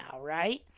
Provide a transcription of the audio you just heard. right